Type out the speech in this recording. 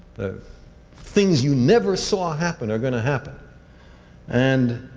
things you never saw happen are going to happen and